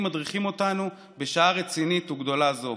מדריכים אותנו בשעה רצינית וגדולה זו".